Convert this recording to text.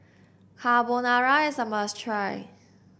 carbonara is a must try